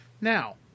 Now